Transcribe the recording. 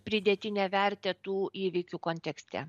pridėtinę vertę tų įvykių kontekste